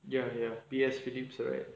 ya ya P_S philip so right